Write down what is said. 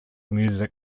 music